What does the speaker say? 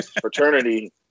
fraternity